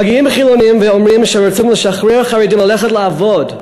מגיעים חילונים ואומרים שרוצים לשחרר חרדים ללכת לעבוד,